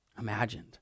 imagined